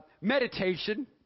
meditation